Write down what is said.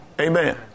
Amen